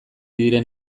diren